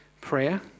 Prayer